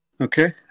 Okay